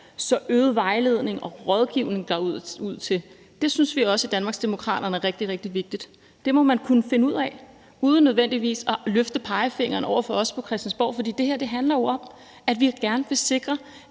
så øget vejledning og rådgivning derude synes vi også i Danmarksdemokraterne er rigtig, rigtig vigtigt. Det må man kunne finde ud af uden nødvendigvis at løfte pegefingeren over for os på Christiansborg. For det her handler jo om, at vi gerne vil sikre,